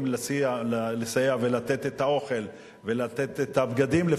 לסייע ולתת את האוכל ולתת את הבגדים,